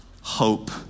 hope